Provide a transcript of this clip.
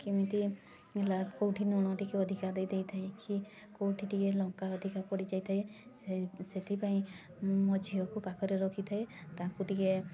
କେମିତି ହେଲା କେଉଁଠି ଲୁଣ ଟିକେ ଅଧିକା ଦେଇଦେଇଥାଏ କି କେଉଁଠି ଟିକେ ଲଙ୍କା ଅଧିକା ପଡ଼ିଯାଇଥାଏ ସେଇ ସେଥିପାଇଁ ମୋ ଝିଅକୁ ପାଖରେ ରଖିଥାଏ ତାକୁ ଟିକେ